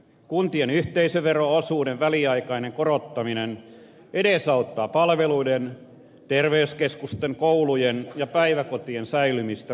kuntien yhteisövero osuuden väliaikainen korottaminen edesauttaa palvelujen terveyskeskusten koulujen ja päiväkotien säilymistä koko suomessa